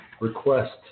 request